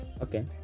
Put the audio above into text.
Okay